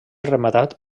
rematat